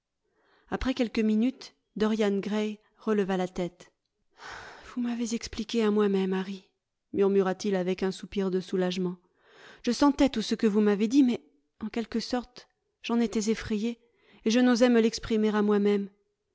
après quelques minutes dorian gray releva la tête vous m'avez expliqué à moi-même llarry murmura-t-il avec un soupir de soulagement je sentais tout ce que vous m'avez dit mais en quelque sorte j'en étais effrayé et je n'osais me l'exprimer à moi